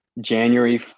january